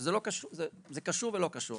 שזה קשור ולא קשור,